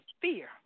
fear